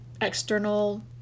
external